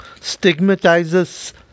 stigmatizes